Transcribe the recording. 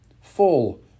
full